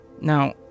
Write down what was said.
Now